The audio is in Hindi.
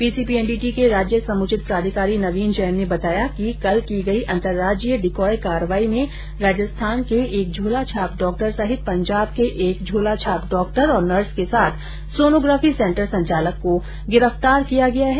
पीसीपीएनडीटी के राज्य समुचित प्राधिकारी नवीन जैन ने बताया कि कल की गई अंतर्राज्यीय डिकॉय कार्रवाई में राजस्थान के एक झोलाछाप डॉक्टर सहित पंजाब के एक झोलाछाप डॉक्टर और नर्स के साथ सोनोग्राफी सेंटर संचालक को गिरफ्तार किया गया है